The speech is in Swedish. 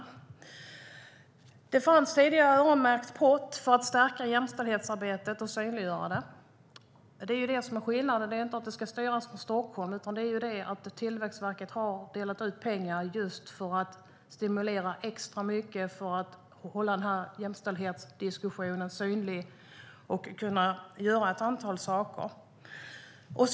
Tidigare år fanns det en märkt pott för att stärka jämställdhetsarbetet och synliggöra det. Det är det som är skillnaden. Det ska inte styras från Stockholm, utan Tillväxtverket har delat ut pengar just för att stimulera extra mycket så att jämställdhetsdiskussionen hålls synlig och så att ett antal saker kan göras.